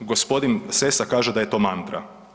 Gospodin Sessa kaže da je to mantra.